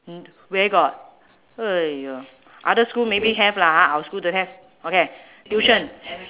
mm where got !aiya! other school maybe have lah ha our school don't have okay tuition